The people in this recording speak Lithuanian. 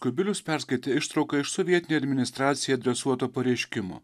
kubilius perskaitė ištrauką iš sovietinė administracija adresuoto pareiškimo